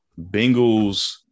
Bengals